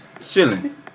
chilling